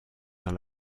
dans